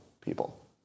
people